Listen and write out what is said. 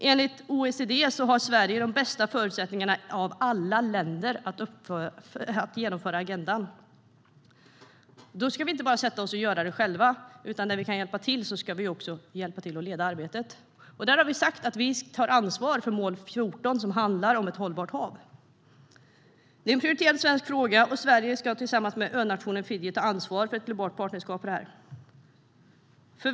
Enligt OECD har Sverige de bästa förutsättningarna av alla länder att genomföra agendan. Då ska vi inte bara sätta oss och göra det själva, utan där vi kan hjälpa till ska vi också hjälpa till att leda arbetet. Där har vi sagt att vi tar ansvar för mål 14 som handlar om ett hållbart hav. Det är en prioriterad svensk fråga. Sverige ska tillsammans med önationen Fiji ta ansvar för ett globalt partnerskap för det.